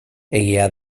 egia